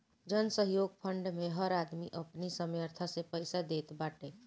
जनसहयोग फंड मे हर आदमी अपनी सामर्थ्य से पईसा देत बाटे